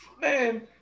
Man